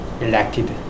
elected